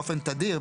באופן תדיר,